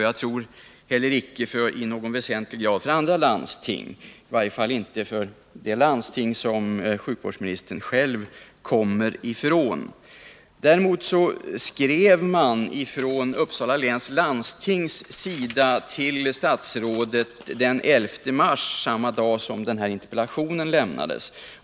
Jag tror inte heller att man i någon väsentlig utsträckning haft sådant umgänge med andra landsting — i varje fall inte med det landsting som sjukvårdsministern själv kommer ifrån. Däremot skrev Uppsala läns landsting till statsrådet den 11 mars — samma dag som min interpellation lämnades.